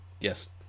Yes